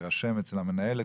תירשם אצל המנהלת.